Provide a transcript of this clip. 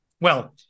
Well-